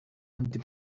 empty